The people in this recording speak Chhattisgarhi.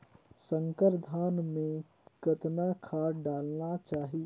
संकर धान मे कतना खाद डालना चाही?